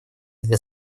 для